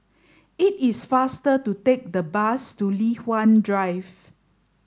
it is faster to take the bus to Li Hwan Drive